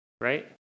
right